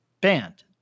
band